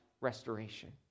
restoration